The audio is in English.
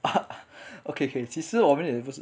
ah okay okay 其实我们也不是